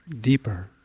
deeper